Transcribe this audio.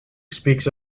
speaks